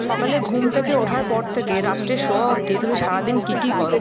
সকালে ঘুম থেকে ওঠার পর থেকে রাত্রে শোওয়া অবধি তুমি সারা দিন কী কী কর